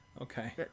okay